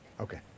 Okay